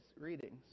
readings